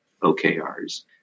OKRs